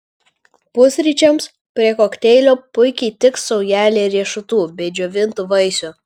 pusryčiams prie kokteilio puikiai tiks saujelė riešutų bei džiovintų vaisių